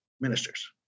ministers